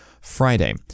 Friday